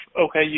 okay